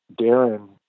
darren